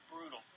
brutal